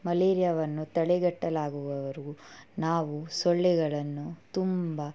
ಮಲೇರಿಯಾವನ್ನು ತಡೆಗಟ್ಟಲಾಗುವವರು ನಾವು ಸೊಳ್ಳೆಗಳನ್ನು ತುಂಬ